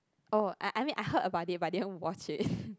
oh I I mean I heard about it but I didn't watch it